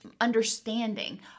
understanding